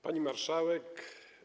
Pani Marszałek!